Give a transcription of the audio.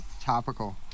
Topical